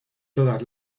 todas